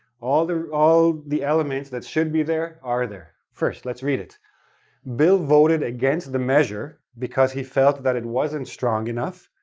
all the. all the elements that should be there are there. first, let's read it bill voted against the measure because he felt that it wasn't strong enough,